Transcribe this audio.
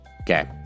okay